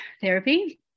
therapy